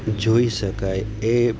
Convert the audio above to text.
જોઈ શકાય એ